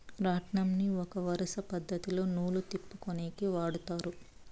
రాట్నంని ఒక వరుస పద్ధతిలో నూలు తిప్పుకొనేకి వాడతారు